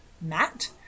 matt